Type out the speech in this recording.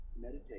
meditate